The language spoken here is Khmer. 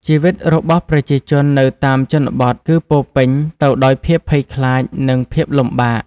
ជីវិតរបស់ប្រជាជននៅតាមជនបទគឺពោរពេញទៅដោយភាពភ័យខ្លាចនិងភាពលំបាក។